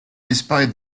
despite